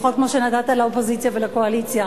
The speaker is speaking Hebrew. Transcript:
לפחות כמו שנתת לאופוזיציה ולקואליציה.